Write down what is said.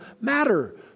matter